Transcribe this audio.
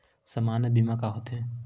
सामान्य बीमा का होथे?